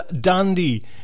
dandy